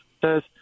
says